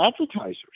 advertisers